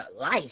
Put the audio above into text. life